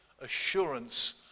assurance